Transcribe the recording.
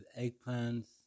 eggplants